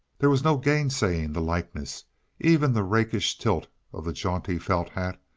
there was no gainsaying the likeness even the rakish tilt of the jaunty felt hat,